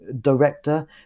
director